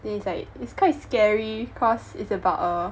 then it's like it's quite scary cause it's about a